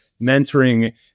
mentoring